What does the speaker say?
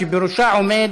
שבראשה עומד